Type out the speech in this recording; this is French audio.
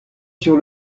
sur